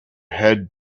head